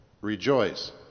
rejoice